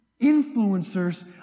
influencers